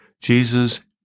Jesus